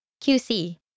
QC